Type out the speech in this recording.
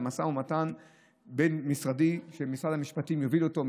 למשא ומתן בין-משרדי שמשרד המשפטים יוביל אותו,